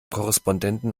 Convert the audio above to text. korrespondenten